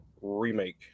Remake